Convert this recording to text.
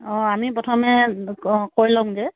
অ আমি প্ৰথমে অ কৈ লওঁগৈ